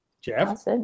Jeff